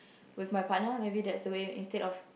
with my partner maybe that's the way instead of